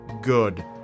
good